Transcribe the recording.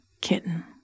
kitten